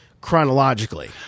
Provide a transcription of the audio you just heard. chronologically